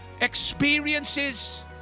experiences